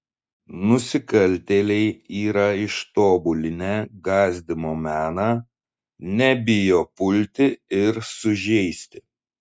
nusikaltėliai yra ištobulinę gąsdinimo meną nebijo pulti ir sužeisti